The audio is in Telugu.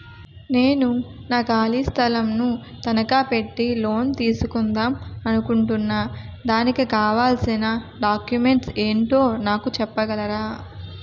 నేను నా ఖాళీ స్థలం ను తనకా పెట్టి లోన్ తీసుకుందాం అనుకుంటున్నా దానికి కావాల్సిన డాక్యుమెంట్స్ ఏంటో నాకు చెప్పగలరా?